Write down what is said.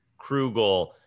Krugel